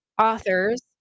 authors